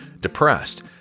depressed